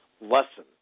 lesson